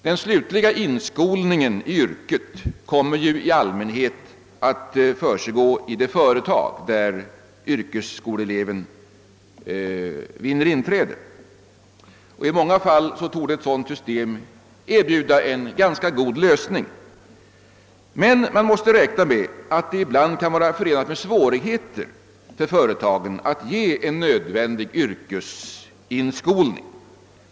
Den slutliga inskolningen i yrket kommer i allmänhet att försiggå i det företag där yrkesskoleeleven vinner inträde. I många fall torde ett sådant system erbjuda en ganska god lösning. Men man måste räkna med att det ibland kan vara förenat med svårigheter för företagen att ge en nödvändig yrkesinskolning.